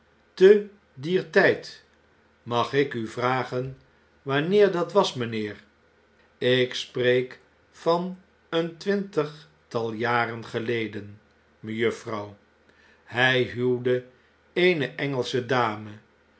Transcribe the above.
te dier tyd mag ik vragen wanneer dat was mynheer ik spreek van een twintigtal jaren geleden de vookbereiding mejuffrouw hij huwde eene engelsche dame